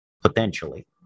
potentially